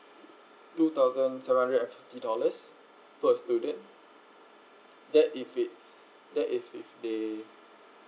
two thousand seven hundred and fifty dollars per student that if it's that if if they